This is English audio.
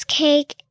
cake